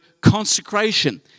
consecration